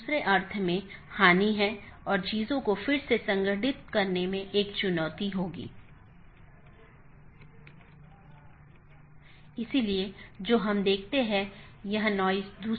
मुख्य रूप से दो BGP साथियों के बीच एक TCP सत्र स्थापित होने के बाद प्रत्येक राउटर पड़ोसी को एक open मेसेज भेजता है जोकि BGP कनेक्शन खोलता है और पुष्टि करता है जैसा कि हमने पहले उल्लेख किया था कि यह कनेक्शन स्थापित करता है